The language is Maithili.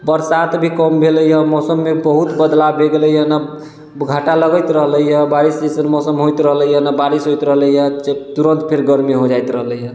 बरसात भी कम भेलैया मौसममे बहुत बदलाव भए गेलैया घटा लगैत रहलैया बारिश जैसन मौसम होइत रहलैया नहि बारिश होइत रहलैया तुरन्त फिर गरमी भए जाइत रहलैया